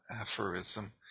aphorism